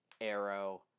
Arrow